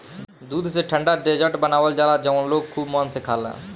दूध से ठंडा डेजर्ट बनावल जाला जवन लोग खुबे मन से खाला